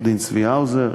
עורך-הדין צבי האוזר,